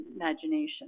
imagination